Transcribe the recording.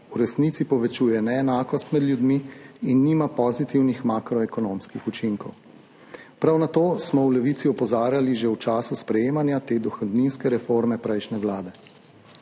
v resnici povečuje neenakost med ljudmi in nima pozitivnih makroekonomskih učinkov. Prav na to smo v Levici opozarjali že v času sprejemanja te dohodninske reforme prejšnje Vlade.